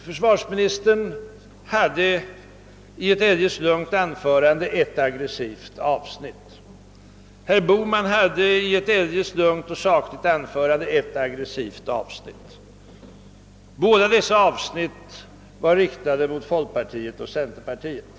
Försvarsministern hade i sitt eljest lugna anförande ett aggressivt avsnitt, och det hade herr Bohman också i sitt eljest lugna och sakliga anförande. Båda dessa aggressiva avsnitt var riktade mot folkpartiet och centerpartiet.